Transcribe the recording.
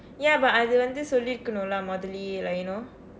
ya but அது வந்து சொல்லிற்குனும்:athu vanthu sollirkunum lah முதல:muthala like you know